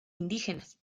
indígenas